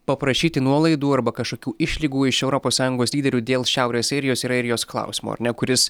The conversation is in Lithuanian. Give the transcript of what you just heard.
paprašyti nuolaidų arba kažkokių išlygų iš europos sąjungos lyderių dėl šiaurės airijos ir airijos klausimo ar ne kuris